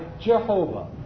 Jehovah